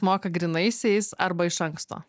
moka grynaisiais arba iš anksto